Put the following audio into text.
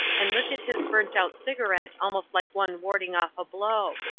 and lifted his burnt-out cigarette almost like one warding off a blow.